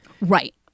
right